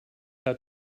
have